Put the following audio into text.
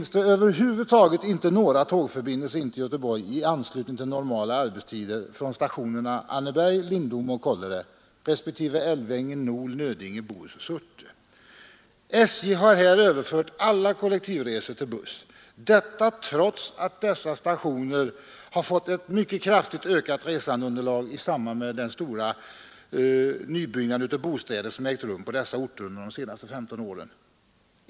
SJ har här överfört alla tefer attresa till kollektivresor till buss trots att dessa stationer fått ett mycket kraftigt SR fe arbetet med tåg ökande resandeunderlag i samband med den stora nybyggnad av bostäder som ägt rum på dessa orter under de senaste 15 åren.